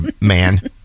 man